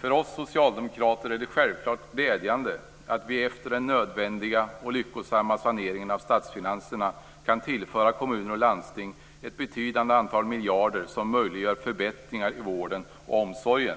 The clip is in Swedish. För oss socialdemokrater är det självfallet glädjande att vi efter den nödvändiga och lyckosamma saneringen av statsfinanserna kan tillföra kommuner och landsting ett betydande antal miljarder som möjliggör förbättringar i vården och omsorgen.